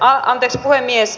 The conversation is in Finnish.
arvoisa puhemies